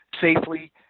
safely